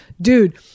Dude